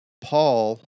Paul